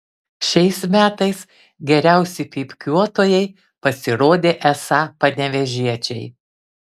šiais metais geriausi pypkiuotojai pasirodė esą panevėžiečiai